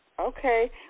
Okay